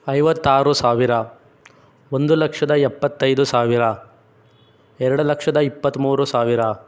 ಐವತ್ತಾರು ಸಾವಿರ ಒಂದು ಲಕ್ಷದ ಏಪತ್ತೈದು ಸಾವಿರ ಎರಡು ಲಕ್ಷದ ಇಪತ್ತ್ಮೂರು ಸಾವಿರ